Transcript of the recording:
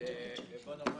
שבוא נאמר,